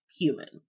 human